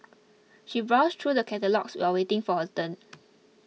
she browsed through the catalogues while waiting for her turn